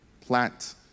Plant